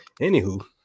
anywho